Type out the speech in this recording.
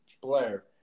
Blair